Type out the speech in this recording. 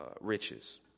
riches